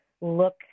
look